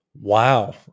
Wow